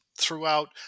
throughout